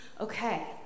Okay